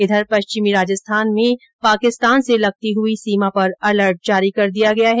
इधर पश्चिमी राजस्थान में पाकिस्तान से लगती हुई सीमा पर अलर्ट जारी कर दिया गया है